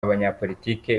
abanyapolitiki